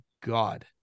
God